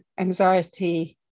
anxiety